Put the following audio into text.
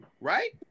right